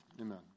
Amen